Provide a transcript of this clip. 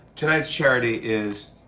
tonight's charity is.